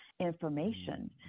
Information